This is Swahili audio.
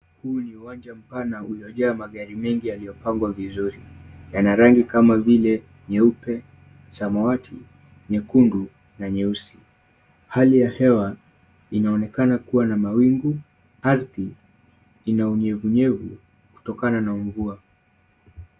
Huu ni uwanja mpana uliojaa magari mengi yaliyopangwa vizuri. Yana rangi kama vile nyuepe, samawati, nyekundu na nyeusi. Hali ya hewa inaonekana kuwa na mawingu. Ardhi ina unyevunyevu kutokana na mvua.